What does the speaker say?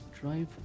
drive